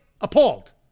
Appalled